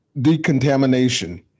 decontamination